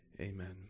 Amen